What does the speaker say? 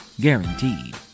Guaranteed